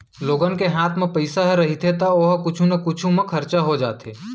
लोगन के हात म पइसा ह रहिथे त ओ ह कुछु न कुछु म खरचा हो जाथे